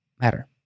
matter